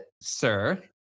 sir